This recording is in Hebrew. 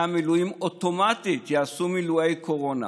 המילואים אוטומטית יעשו מילואי קורונה.